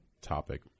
topic